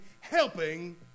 helping